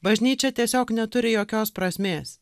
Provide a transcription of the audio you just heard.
bažnyčia tiesiog neturi jokios prasmės